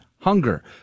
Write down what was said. hunger